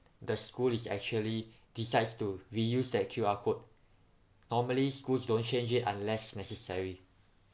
the school is actually decides to reuse that Q_R code normally schools don't change it unless necessary